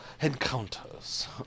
encounters